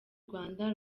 rwanda